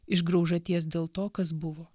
iš graužaties dėl to kas buvo